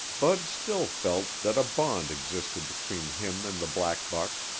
bud still felt that a bond existed between him and the black buck,